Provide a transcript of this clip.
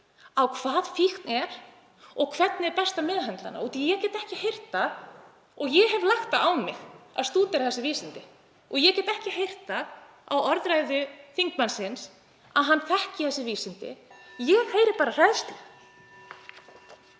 hvað fíkn er og hvernig best er að meðhöndla hana? Af því að ég get ekki heyrt það. Ég hef lagt það á mig að stúdera þessi vísindi og ég get ekki heyrt það á orðræðu þingmannsins að hann þekki þessi vísindi. Ég heyri bara hræðslu.